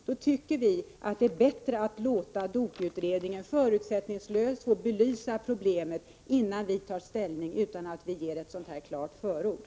Då tycker vi att det är bättre att låta dataoch offentlighetskommittén förutsättningslöst belysa problemen, innan vi tar ställning genom att uttala ett så klart förord.